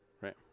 Right